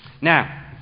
Now